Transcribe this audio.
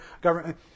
government